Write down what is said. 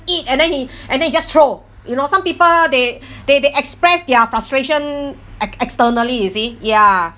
eat and then he and then he just throw you know some people they they they express their frustration ex~ externally you see ya